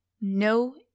no